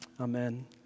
Amen